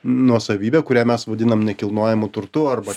nuosavybę kurią mes vadinam nekilnojamu turtu arba